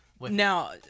Now